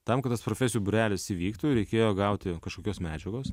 tam kad tas profesijų būrelis įvyktų reikėjo gauti kažkokios medžiagos